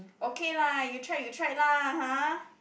okay lah you tried you tried lah ha